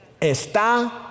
está